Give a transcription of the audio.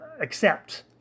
accept